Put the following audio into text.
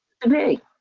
today